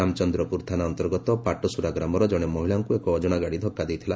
ରାମଚନ୍ଦ୍ରପୁର ଥାନା ଅନ୍ତର୍ଗତ ପାଟସୁରା ଗ୍ରାମର ଜଣେ ମହିଳାଙ୍କୁ ଏକ ଅଜଣା ଗାଡ଼ି ଧକ୍କା ଦେଇଥିଲା